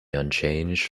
unchanged